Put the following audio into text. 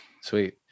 sweet